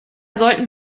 sollten